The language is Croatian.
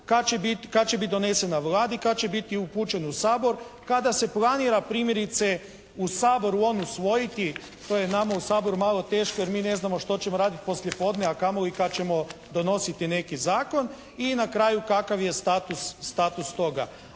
kad će biti donesen na Vladi, kad će biti upućen u Sabor, kada se planira primjerice u Saboru on usvojiti, to je nama u Saboru malo teško jer mi ne znamo što ćemo raditi poslijepodne, a kamoli kad ćemo donositi neki zakon, i na kraju kakav je status toga.